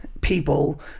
people